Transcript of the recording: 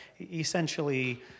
essentially